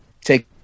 Take